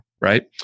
right